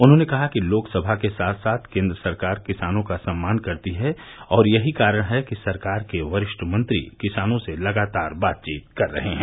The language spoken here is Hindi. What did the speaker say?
उन्हॉने कहा कि लोकसभा के साथ साथ केंद्र सरकार किसानों का सम्मान करती है और यही कारण है कि सरकार के वरिष्ठ मंत्री किसानों से लगातार बातचीत कर रहे हैं